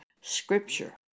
Scripture